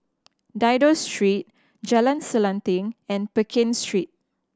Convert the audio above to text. Dido Street Jalan Selanting and Pekin Street